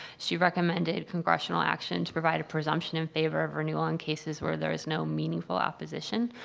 she recommended congressional action to provide a presumption in favor of renewal in cases where there's no meaningful opposition.